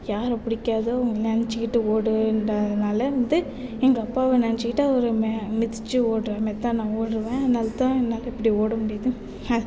யாரை பிடிக்காதோ நினைச்சிக்கிட்டு ஓடுனுட்டதனால் வந்து எங்கள் அப்பாவை நினைச்சிக்கிட்டு அவரை மே மிதிச்சு ஓடுகிற மாதிரிதான் நான் ஓடுவேன் அதனால் தான் என்னால் இப்படி ஓட முடியுது